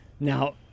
Now